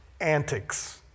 antics